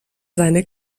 seine